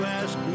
ask